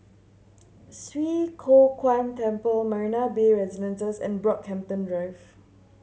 Swee Kow Kuan Temple Marina Bay Residences and Brockhampton Drive